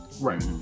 Right